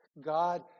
God